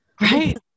right